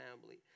family